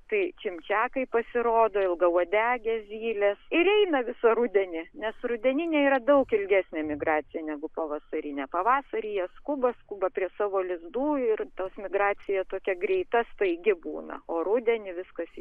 tai čimčiakai pasirodo ilgauodegės zylės ir eina visą rudenį nes rudeninė yra daug ilgesnė migracija negu pavasarinė pavasarį jie skuba skuba prie savo lizdų ir tas migracija tokia greita staigi būna o rudenį viskas